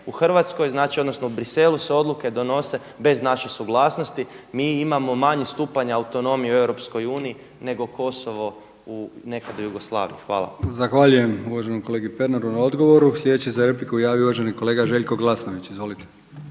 u Hrvatskoj znači u Bruxellesu se odluke donose bez naše suglasnosti, mi imamo manji stupanj autonomije u Europskoj uniji nego Kosovo nekad u Jugoslaviji. Hvala. **Brkić, Milijan (HDZ)** Zahvaljujem uvaženom kolegi Pernaru na odgovoru. Slijedeći se za repliku javio uvaženi kolega Glasnović. Izvolite!